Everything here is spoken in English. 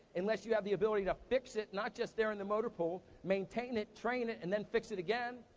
unless you have the ability to fix it, not just there in the motor pool. maintain it, train it, and then fix it again.